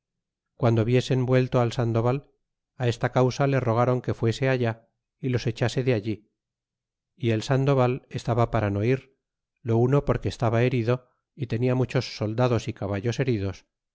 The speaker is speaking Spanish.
guando viesen vuelto al sandoval á esta causa le rogáron que fuese allá y los echase de allí y el sandoval estaba para no ir lo uno porque estaba herido y tenia muchos soldados y caballos heridos